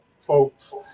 folks